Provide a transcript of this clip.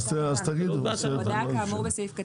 אז תגידו, מה זה משנה.